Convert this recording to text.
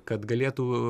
kad galėtų